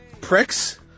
Pricks